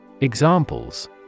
Examples